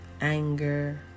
anger